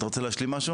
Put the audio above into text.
אתה רוצה להשלים משהו?